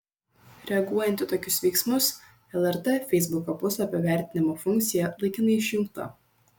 reaguojant į tokius veiksmus lrt feisbuko puslapio vertinimo funkcija laikinai išjungta